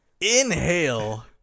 Inhale